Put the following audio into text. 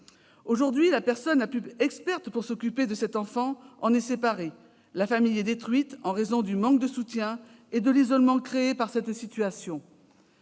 Aujourd'hui, la personne la plus experte pour s'occuper de cette enfant est séparée d'elle. La famille est détruite en raison du manque de soutien et de l'isolement créé par cette situation.